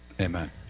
amen